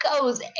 goes